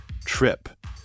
Trip